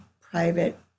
private